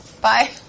Bye